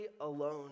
alone